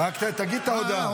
רק תגיד את ההודעה.